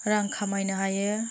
रां खामायनो हायो